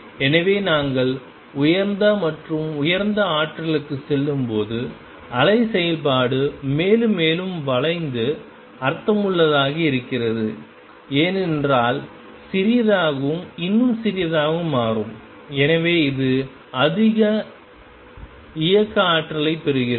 எனவே நாங்கள் உயர்ந்த மற்றும் உயர்ந்த ஆற்றல்களுக்குச் செல்லும்போது அலை செயல்பாடு மேலும் மேலும் வளைந்து அர்த்தமுள்ளதாக இருக்கிறது ஏனென்றால் சிறியதாகவும் இன்னும் சிறியதாகவும் மாறும் எனவே இது அதிக இயக்க ஆற்றலைப் பெறுகிறது